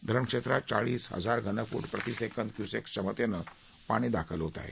धरण क्षेत्रात चाळीस हजार घनफूट प्रती सेकंद क्यूसेक क्षमतेनं पाणी दाखल होत आहे